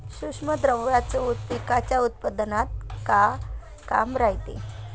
सूक्ष्म द्रव्याचं पिकाच्या उत्पन्नात का काम रायते?